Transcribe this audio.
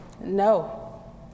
No